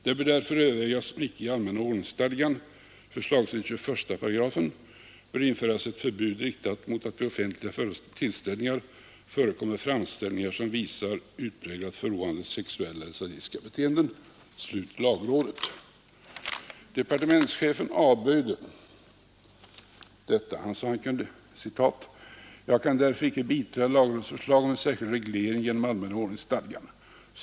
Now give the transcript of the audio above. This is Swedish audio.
Det bör därför övervägas om icke i allmänna ordningsstadgan, förslagsvis i 21 §, bör införas ett förbud riktat mot att vid offentliga tillställningar förekommer framställningar, som visar utpräglat förråande sexuella eller sadistiska beteenden.” Departementschefen avböjde detta och sade: ”Jag kan därför inte biträda lagrådets förslag om en särskild reglering genom allmänna ordningsstadgan.